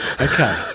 okay